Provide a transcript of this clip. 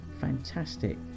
fantastic